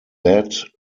led